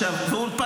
תגיד, נו, איזה גוף.